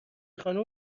خانوم